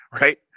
Right